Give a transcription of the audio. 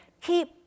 Keep